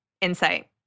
insight